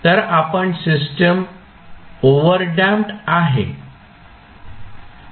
तर आपण system overdamped आहे